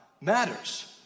matters